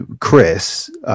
Chris